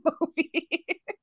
movie